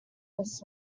this